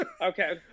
okay